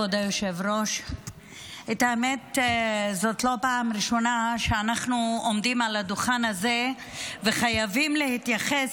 היא שזאת לא הפעם הראשונה שאנחנו עומדים על הדוכן הזה וחייבים להתייחס